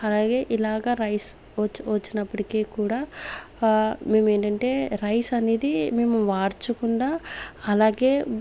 అలాగే ఇలాగ రైస్ వచ్చి వచ్చినప్పటికీ కూడా మేము ఏంటంటే రైస్ అనేది మేము వాడ్చకుండా అలాగే